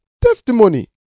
Testimony